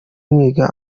mwiga